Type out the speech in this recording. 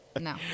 No